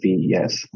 yes